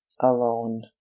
alone